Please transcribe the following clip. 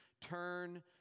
turn